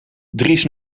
dries